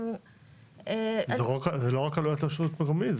זה לא רק עלויות לרשות המקומית,